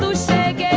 so segue